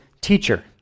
teacher